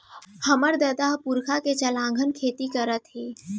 हमर ददा ह पुरखा के चलाघन खेती करत हे